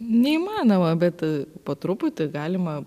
neįmanoma bet po truputį galima